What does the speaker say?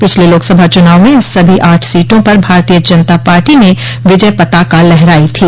पिछले लोकसभा चुनाव में इन सभी आठ सीटों पर भारतीय जनता पार्टी ने विजय पताका लहराई थी